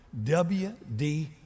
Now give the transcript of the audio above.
WD